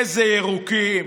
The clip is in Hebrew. איזה ירוקים,